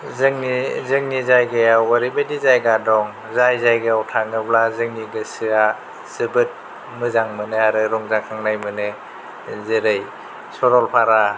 जोंनि जोंनि जायगायाव ओरैबायदि जायगा दं जाय जायगायाव थाङोब्ला जोंनि गोसोया जोबोद मोजां मोनो आरो रंजाखांनाय मोनो जेरै सरलफारा